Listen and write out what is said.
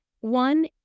one